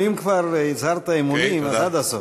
אם כבר הצהרת אמונים אז עד הסוף.